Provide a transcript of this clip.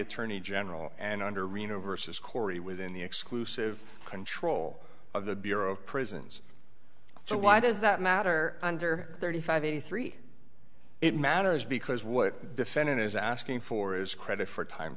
attorney general and under reno versus corey within the exclusive control of the bureau of prisons so why does that matter under thirty five eighty three it matters because what defendant is asking for is credit for time